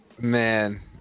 Man